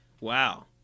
Wow